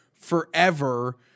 forever